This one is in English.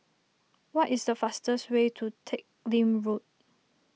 what is the fastest way to Teck Lim Road